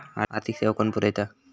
आर्थिक सेवा कोण पुरयता?